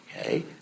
okay